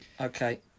Okay